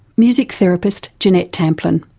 music therapist jeanette tamplin.